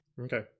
Okay